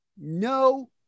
No